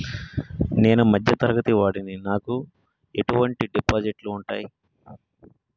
నేను మధ్య తరగతి వాడిని నాకు ఎటువంటి డిపాజిట్లు ఉంటయ్?